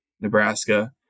Nebraska